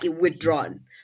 withdrawn